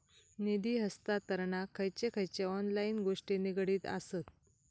निधी हस्तांतरणाक खयचे खयचे ऑनलाइन गोष्टी निगडीत आसत?